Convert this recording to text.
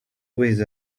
with